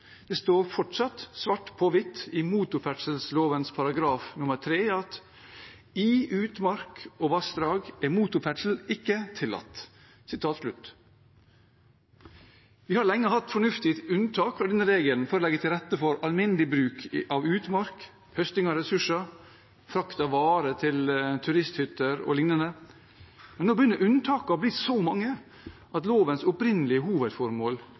Det står fortsatt svart på hvitt i motorferdselloven § 3: «I utmark og vassdrag er motorferdsel ikke tillatt.» Vi har lenge hatt fornuftige unntak fra denne regelen for å legge til rette for alminnelig bruk av utmark, høsting av ressurser, frakt av varer til turisthytter og lignende, men nå begynner unntakene å bli så mange at lovens opprinnelige hovedformål